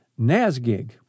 Nazgig